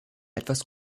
etwas